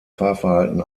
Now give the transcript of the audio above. fahrverhalten